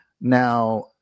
Now